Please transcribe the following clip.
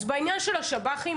אז בעניין של השב"חים,